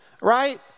right